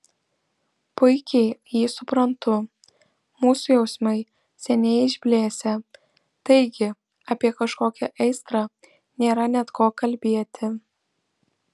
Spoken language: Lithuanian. puikiai jį suprantu mūsų jausmai seniai išblėsę taigi apie kažkokią aistrą nėra net ko kalbėti